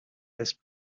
this